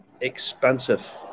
expensive